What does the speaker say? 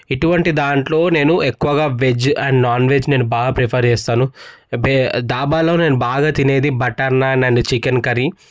ఇటువంటి దాంట్లో నేను ఎక్కువగా వెజ్ అండ్ నాన్ వెజ్ నేను బాగా ప్రిఫర్ చేస్తాను ధాబాలో నేను బాగా తినేది butter naan and chicken curry